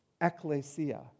ecclesia